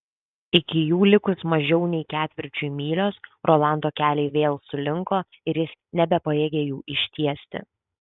iki jų likus mažiau nei ketvirčiui mylios rolando keliai vėl sulinko ir jis nebepajėgė jų ištiesti